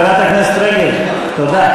חברת הכנסת רגב, תודה.